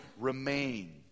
remain